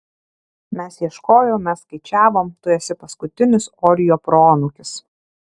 mes ieškojom mes skaičiavom tu esi paskutinis orio proanūkis